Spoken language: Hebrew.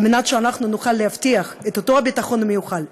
כדי שאנחנו נוכל להבטיח את אותו ביטחון מיוחל,